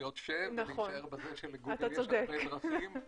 להיות ש..." ונשאר בזה שלגוגל יש הרבה דרכים,